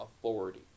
authority